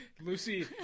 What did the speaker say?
Lucy